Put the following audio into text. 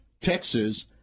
Texas